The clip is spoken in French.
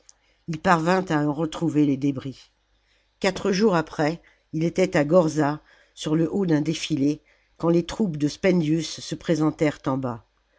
ii parvint à en retrouver les débris quatre jours après il était à gorza sur le haut d'un défilé quand les troupes de spendius se présentèrent en bas